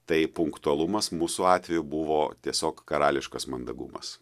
tai punktualumas mūsų atveju buvo tiesiog karališkas mandagumas